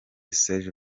serge